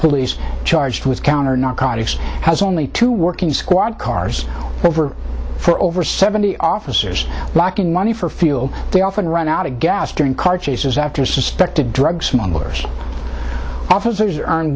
police charged with counternarcotics has only two working squad cars over for over seventy officers blocking money for fuel they often run out of gas during car chases after suspected drug smugglers officers ar